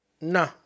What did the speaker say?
No